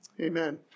Amen